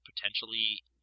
potentially